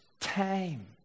time